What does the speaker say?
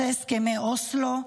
אחרי הסכמי אוסלו,